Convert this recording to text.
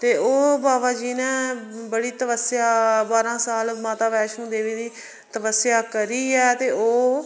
ते ओह् बाबा जी ने बड़ी तपस्या बारां साल माता वैष्णो देवी दी तपस्या करियै ते ओह्